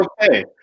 okay